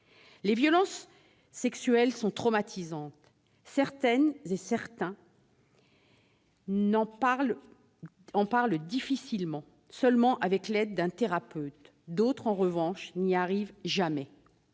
Les violences sexuelles sont traumatisantes. Certaines et certains n'en parlent que difficilement, seulement avec l'aide d'un thérapeute. D'autres n'y arrivent jamais.